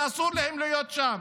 שאסור להם להיות שם,